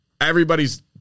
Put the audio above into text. everybody's